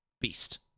Beast